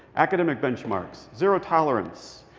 academic benchmarks, zero tolerance,